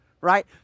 right